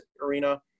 arena